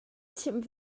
chimh